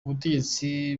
ubutegetsi